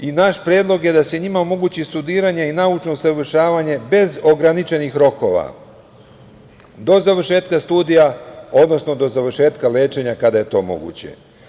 Naš predlog je da se njima omogući studiranje i naučno usavršavanje bez ograničenih rokova do završetka studija, odnosno do završetka lečenja kada je to moguće.